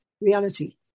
reality